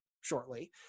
shortly